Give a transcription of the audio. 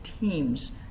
teams